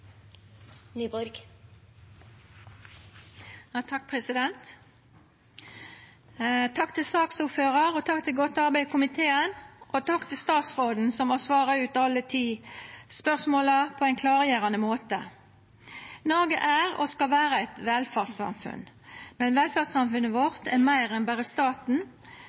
til. Takk til saksordføraren, takk for godt arbeid i komiteen, og takk til statsråden, som har svara på alle ti spørsmåla på ein klargjerande måte. Noreg er og skal vera eit velferdssamfunn, men velferdssamfunnet vårt er meir enn berre staten,